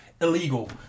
Illegal